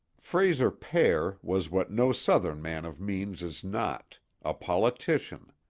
frayser pere was what no southern man of means is not a politician.